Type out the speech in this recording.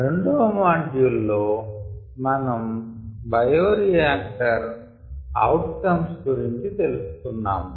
రెండవ మాడ్యూల్ లో మనం బయోరియాక్టర్ అవుట్ కమ్స్ గురించి తెలుసుకున్నాము